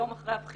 יום אחרי הבחירות